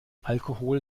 alkohol